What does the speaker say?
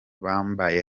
bambaye